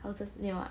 houses 没有啊